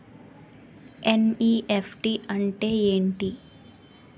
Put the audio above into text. NEFT అంటే ఎంటి?